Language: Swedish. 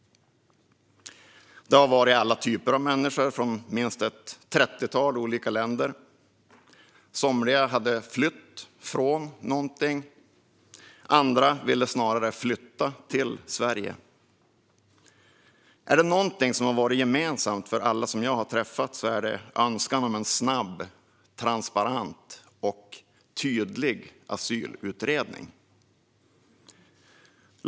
Det har varit alla typer av människor från minst ett trettiotal olika länder. Somliga har flytt från någonting; andra har snarare velat flytta till Sverige. Är det något som är gemensamt för alla som jag träffat är det önskan om en snabb, transparent och tydlig asylutredning.